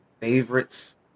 favorites